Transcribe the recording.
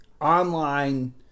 online